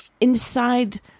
inside